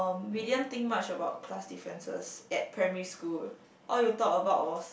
um we didn't think much about class differences at primary school all we talk about was